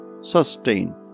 sustain